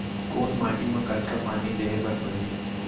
कोन माटी म कतका पानी देहे बर परहि?